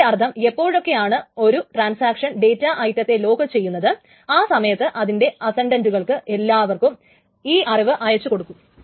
അതിന്റെ അർത്ഥം എപ്പോഴെക്കെയാണ് ഒരു ട്രാൻസാക്ഷൻ ഡേറ്റ ഐറ്റത്തെ ലോക്കുചെയ്യുന്നത് ആ സമയത്ത് അതിന്റെ അസ്സൻഡൻറ്റുകൾക്ക് എല്ലാവർക്കും ഈ അറിവ് അയച്ചു കൊടുക്കും